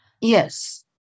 Yes